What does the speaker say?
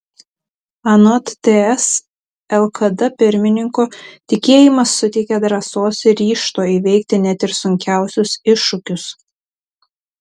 anot ts lkd pirmininko tikėjimas suteikia drąsos ir ryžto įveikti net ir sunkiausius iššūkius